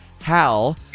Hal